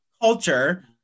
culture